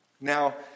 Now